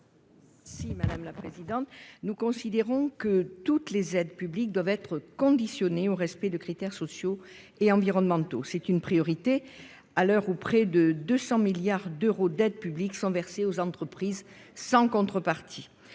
Marie-Claude Varaillas. Nous considérons que toutes les aides publiques doivent être conditionnées au respect des critères sociaux et environnementaux. C'est une priorité à l'heure où presque 200 milliards d'euros d'aides publiques sont versés aux entreprises sans aucune contrepartie.